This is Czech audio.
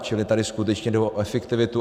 Čili tady skutečně jde o efektivitu.